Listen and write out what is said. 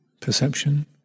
perception